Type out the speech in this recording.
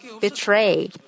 betray